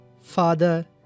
father